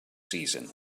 season